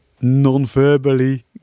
non-verbally